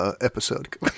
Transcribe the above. episode